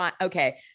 okay